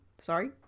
Sorry